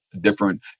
different